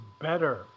better